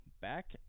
back